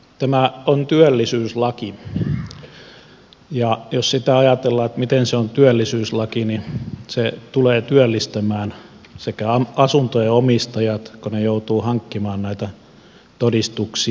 tämä on työllisyyslaki ja jos sitä ajatellaan miten se on työllisyyslaki niin se tulee työllistämään asuntojen omistajat kun he joutuvat hankkimaan näitä todistuksia